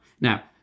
Now